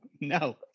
no